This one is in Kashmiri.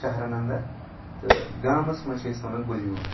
شَہرَن اَنٛدر تہٕ گامس منٛز چھِ أسۍ ونان گُلۍ میوٗٹھ اتھ